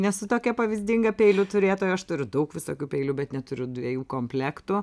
nesu tu tokia pavyzdinga peilių turėtoja aš turiu daug visokių peilių bet neturiu dviejų komplektų